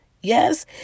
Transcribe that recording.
Yes